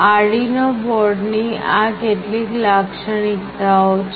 Arduino બોર્ડની આ કેટલીક લાક્ષણિકતાઓ છે